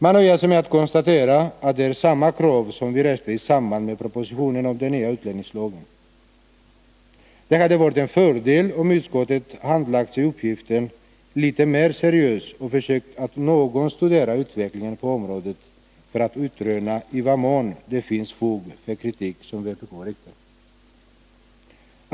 Man nöjer sig med att konstatera att det är samma krav som vi reste i samband med propositionen om den nya utlänningslagen. Det hade varit en fördel om utskottet handlagt sin uppgift litet mer seriöst och försökt att något studera utvecklingen på området för att utröna i vad mån det finns fog för den kritik som vpk riktar.